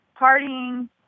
partying